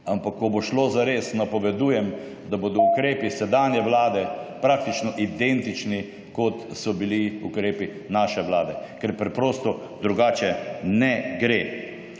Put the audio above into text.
Ampak, ko bo šlo zares, napovedujem, da bodo ukrepi sedanje vlade praktično identični, kot so bili ukrepi naše vlade, ker preprosto drugače ne gre.